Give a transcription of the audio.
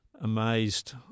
amazed